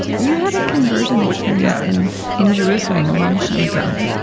you had a conversion experience in in jerusalem, a long time ago,